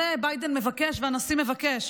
ביידן מבקש והנשיא מבקש,